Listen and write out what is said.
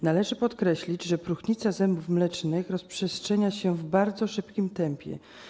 Należy podkreślić, że próchnica zębów mlecznych rozprzestrzenia się w bardzo szybkim tempie.